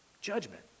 judgment